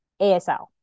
ASL